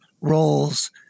roles